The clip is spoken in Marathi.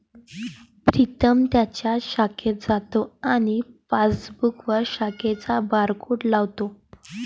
प्रीतम त्याच्या शाखेत जातो आणि पासबुकवर शाखेचा बारकोड लावतो